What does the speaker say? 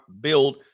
build